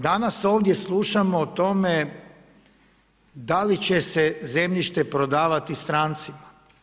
Danas ovdje slušamo o tome da li će se zemljište prodavati strancima.